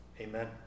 Amen